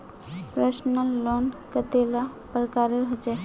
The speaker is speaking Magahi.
पर्सनल लोन कतेला प्रकारेर होचे?